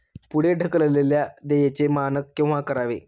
पुढे ढकललेल्या देयचे मानक केव्हा करावे?